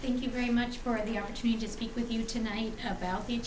thank you very much for the opportunity to speak with you tonight about the